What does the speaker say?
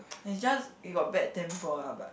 it's just he got bad temper ah but